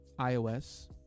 iOS